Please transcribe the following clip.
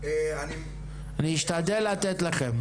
אני אשתדל לתת לכם,